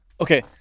Okay